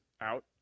out